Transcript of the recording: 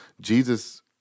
Jesus